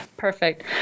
Perfect